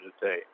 today